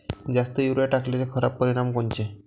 जास्त युरीया टाकल्याचे खराब परिनाम कोनचे?